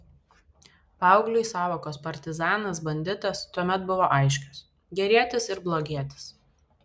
paaugliui sąvokos partizanas banditas tuomet buvo aiškios gerietis ir blogietis